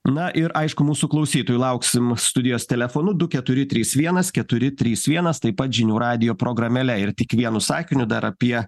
na ir aišku mūsų klausytojų lauksim studijos telefonu du keturi trys vienas keturi trys vienas taip pat žinių radijo programėle ir tik vienu sakiniu dar apie